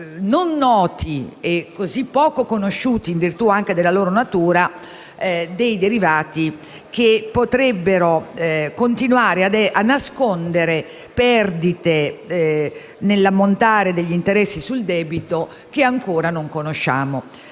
non noti e così poco conosciuti, anche in virtù della loro natura, dei derivati che potrebbero continuare a nascondere perdite nell'ammontare degli interessi sul debito che ancora non conosciamo.